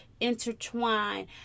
intertwine